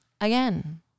again